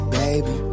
baby